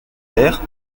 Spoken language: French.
l’air